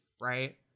right